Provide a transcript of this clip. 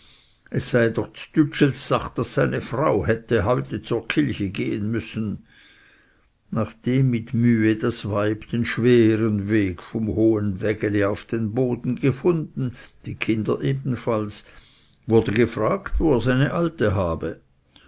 es sei doch ds tütschels sach daß seine frau heute hätte zkilche gehen müssen nachdem mit mühe das weib den schweren weg vom hohen wägeli auf den boden gefunden die kinder ebenfalls wurde gefragt wo er seine alte habe